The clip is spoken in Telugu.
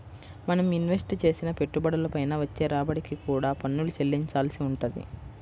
మనం ఇన్వెస్ట్ చేసిన పెట్టుబడుల పైన వచ్చే రాబడికి కూడా పన్నులు చెల్లించాల్సి వుంటది